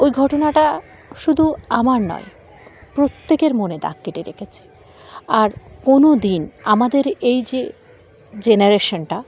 ওই ঘটনাটা শুধু আমার নয় প্রত্যেকের মনে দাগ কেটে রেখেছে আর কোনো দিন আমাদের এই যে জেনারেশানটা